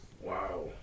Wow